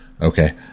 Okay